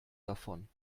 davon